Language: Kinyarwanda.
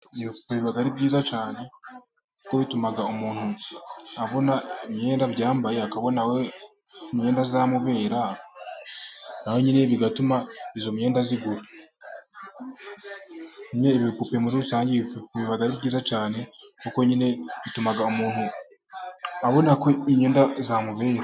Ibi bipupe biba ari byiza cyane, kuko bituma umuntu abona imyenda byambaye, akabona imyenda yamubera, nawe bigatuma iyo myenda ayigura, ibipupe muri rusange ibipupe biba ari byiza cyane kuko bituma umuntu abona ko imyenda yamubera.